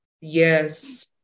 Yes